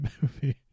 movie